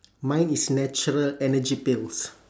mine is natural energy pills